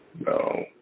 No